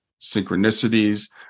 synchronicities